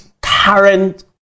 current